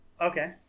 Okay